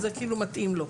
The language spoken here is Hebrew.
אז זה כאילו מתאים לו.